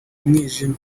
mwijima